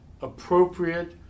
appropriate